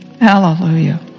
Hallelujah